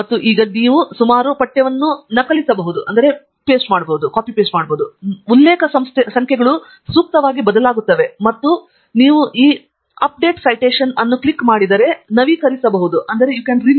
ಮತ್ತು ಈಗ ನಾವು ಸುಮಾರು ಪಠ್ಯವನ್ನು ನಕಲಿಸಬಹುದು ಮತ್ತು ಉಲ್ಲೇಖ ಸಂಖ್ಯೆಗಳು ಸೂಕ್ತವಾಗಿ ಬದಲಾಗುತ್ತವೆ ಮತ್ತು ನೀವು ಈ ಅಪ್ಡೇಟ್ ಸಿಟೇಶನ್ಸ್ ಅನ್ನು ಕ್ಲಿಕ್ ಮಾಡಿದರೆ ನವೀಕರಿಸುವಿರಿ